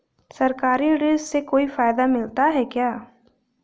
सरकारी ऋण से कोई फायदा मिलता है क्या?